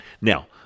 Now